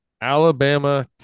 Alabama